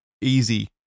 easy